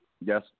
Yes